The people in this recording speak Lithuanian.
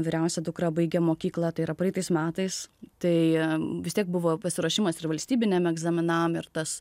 vyriausia dukra baigė mokyklą tai yra praeitais metais tai vis tiek buvo pasiruošimas ir valstybiniam egzaminam ir tas